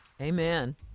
Amen